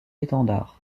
étendard